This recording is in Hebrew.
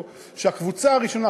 שהקבוצה הראשונה,